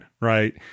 right